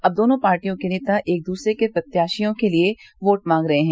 अब दोनों पार्टियों के नेता एक दूसरे के प्रत्याशियों के लिए योट मांग रहे हैं